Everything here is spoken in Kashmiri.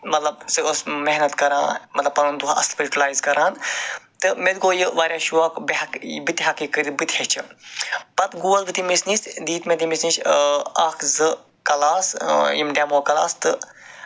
مطلب سُہ ٲسۍ محنت کران مطلب پَنُن دۄہ اَصٕل پٲٹھۍ یُٹِلایِز کران تہٕ مےٚ تہِ گوٚو یہِ واریاہ شوق بہٕ ہٮ۪کہٕ یِم بہٕ تہِ ہٮ۪کہٕ یِم کٔرِتھ بہٕ تہِ ہٮ۪چھٕ پَتہٕ گوٚوس بہٕ تٔمِس نِش دِتۍ مےٚ تٔمِس نِش اکھ زٕ کَلاس یِم ڈٮ۪مو کَلاس تہٕ